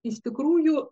iš tikrųjų